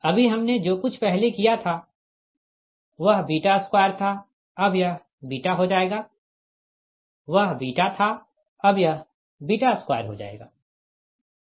अभी हमने जो कुछ पहले किया था वह 2 था अब यह हो जाएगा वह था अब यह 2 हो जाएगा